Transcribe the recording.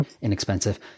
inexpensive